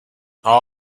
all